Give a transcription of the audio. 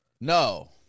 No